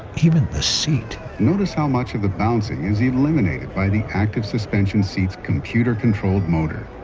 even the seat notice how much of the bouncing is eliminated by the active suspension seat's computer-controlled motor.